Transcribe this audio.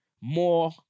more